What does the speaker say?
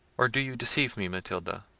or do you deceive me, matilda?